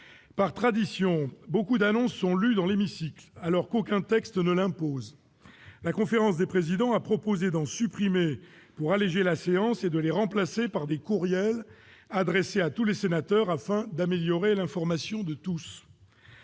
Par tradition, beaucoup d'annonces sont lues dans l'hémicycle, alors qu'aucun texte ne l'impose. La conférence des présidents a proposé d'en supprimer pour alléger la séance et de les remplacer par des courriels adressés à tous les sénateurs afin d'améliorer l'information de tous.